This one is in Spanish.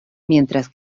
mientras